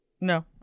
No